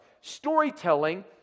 Storytelling